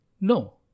No